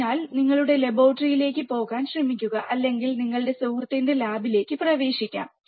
അതിനാൽ നിങ്ങളുടെ ലബോറട്ടറിയിലേക്ക് പോകാൻ ശ്രമിക്കുക അല്ലെങ്കിൽ നിങ്ങൾക്ക് സുഹൃത്തിന്റെ ലാബിലേക്ക് പ്രവേശിക്കാം